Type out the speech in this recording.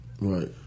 right